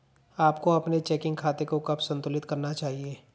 आपको अपने चेकिंग खाते को कब संतुलित करना चाहिए?